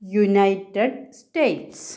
United States